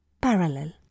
Parallel